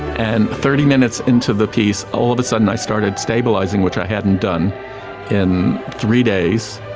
and thirty minutes into the piece, all of a sudden i started stabilising, which i hadn't done in three days.